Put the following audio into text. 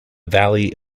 valley